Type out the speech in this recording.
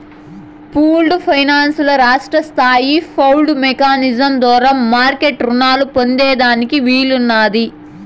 pooled finance ల రాష్ట్రస్తాయి pooled mechanism ద్వారా మార్మెట్ రునాలు పొందేదానికి వీలున్నాది